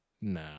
Nah